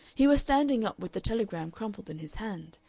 he was standing up with the telegram crumpled in his hand.